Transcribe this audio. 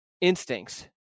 instincts